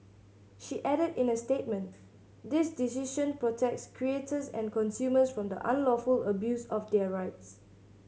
she added in a statement this decision protects creators and consumers from the unlawful abuse of their rights